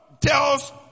tells